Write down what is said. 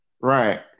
Right